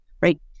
right